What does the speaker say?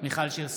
מיכל שיר סגמן,